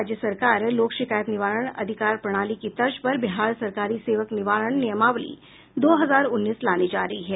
राज्य सरकार लोक शिकायत निवारण अधिकार प्रणाली की तर्ज पर बिहार सरकारी सेवक निवारण नियमावली दो हजार उन्नीस लाने जा रही है